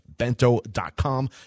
Bento.com